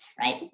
right